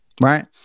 Right